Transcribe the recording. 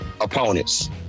opponents